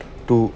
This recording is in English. two